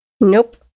Nope